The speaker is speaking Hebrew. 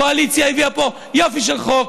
הקואליציה הביאה פה יופי של חוק.